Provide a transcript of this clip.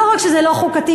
לא רק שזה לא חוקתי,